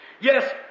Yes